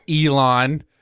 Elon